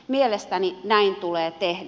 mielestäni näin tulee tehdä